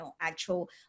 actual